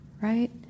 right